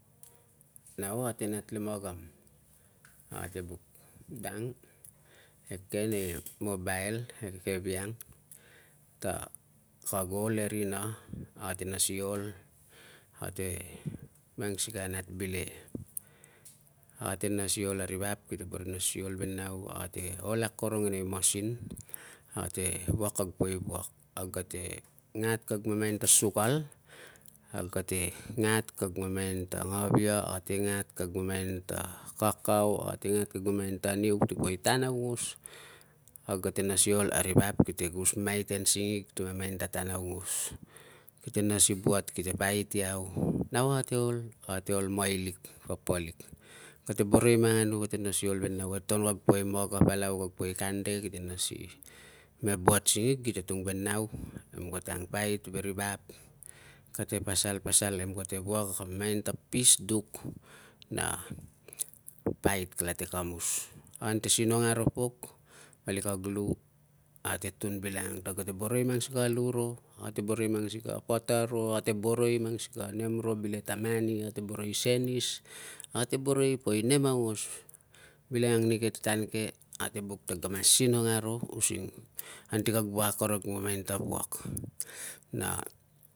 Nau a kate nat le magam. A kate buk dang eke nei mobile e keviang ta kag ol e rina. A kate nas ni ol, ate mang sikei a nat bileke. Ate nas ni ol a ri vap kite boro i nas ni ol ve nau, a kate ol akorong e nei masin, ate wuak kag poi wuak. Kag ate ngat kag mamain ta sukal, kag kate ngat kag mamain ta ngavia, ate ngat kag mamain ta kakau, ate ngat kag mamain ta niu. Ti poi tan aungos, kag ate nas ni ol a ri vap kite nas ni gus maiten singig ti mamain ta tan aungos. Kite nas ni buat, kite pait iau, nau a kate ol ate ol mailik, papalik. Kate boro i manganu kate nas ni ol ve nau. Ate tokon kag poi maga palau, kag poi kande, kite nas ni me buat singig. Kite tung ve nau, nem kate ang pait ve ri vap. Kate pasal, pasal nem kate wuak na mamain ta peace duk na pait kalate kamus. Ante sinong aro pok vali kag lu ate tun bilangang ta kate boro i mang sikei a lu ro, kate boro i mang sikei a pata ro, kate boro i mang sikei a nem ro bileke ta mani, ate boro i senis, ate boro i poi nem aungos bilangang nike ti tan ke, ate buk ta kag ta mas sinong aro using anti kag wuak akorong a mamain ta wuak na